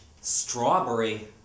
strawberry